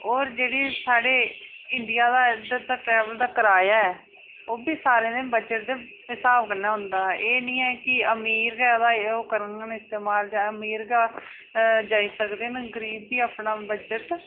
होर जेह्ड़े साढ़े इंडिया दा इद्धर दा किराया ऐ ओह्बी सारें दे बजट दे स्हाब कन्नै होंदा ऐ एह् निं ऐ की अमीर गै करी ओड़न इस्तेमाल अमीर गै जाई सकदे न गरीब बी अपना बजट